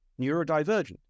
neurodivergent